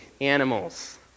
animals